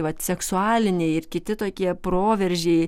vat seksualiniai ir kiti tokie proveržiai